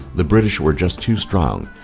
the british were just too strong,